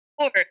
Four